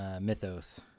mythos